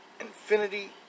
Infinity